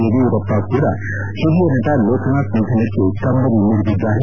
ಯಡಿಯೂರಪ್ಪ ಕೂಡ ಹಿರಿಯ ನಟ ಲೋಕನಾಥ್ ನಿಧನಕ್ಕೆ ಕಂಬನಿ ಮಿಡಿದಿದ್ದಾರೆ